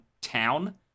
town